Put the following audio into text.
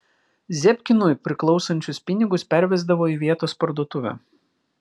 zebkinui priklausančius pinigus pervesdavo į vietos parduotuvę